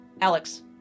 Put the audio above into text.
Alex